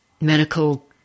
medical